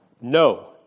No